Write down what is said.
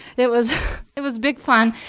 it was it was big fun.